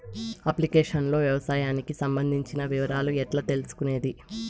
Application లో వ్యవసాయానికి సంబంధించిన వివరాలు ఎట్లా తెలుసుకొనేది?